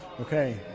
Okay